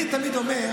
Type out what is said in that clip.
אני תמיד אומר,